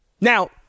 Now